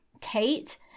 Tate